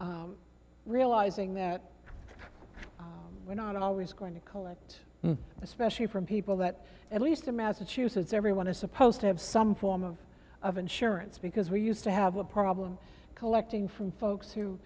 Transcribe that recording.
insurance realizing that we're not always going to collect especially from people that at least in massachusetts everyone is supposed to have some form of of insurance because we used to have a problem collecting from folks who